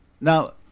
Now